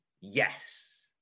yes